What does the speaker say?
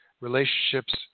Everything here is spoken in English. relationships